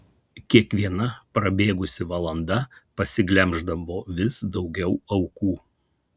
kiekviena prabėgusi valanda pasiglemždavo vis daugiau aukų